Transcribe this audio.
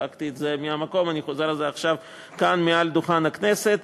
צעקתי מהמקום ואני חוזר על זה עכשיו כאן מעל דוכן הכנסת.